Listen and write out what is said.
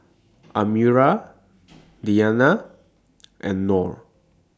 Amirah Diyana and Nor